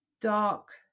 dark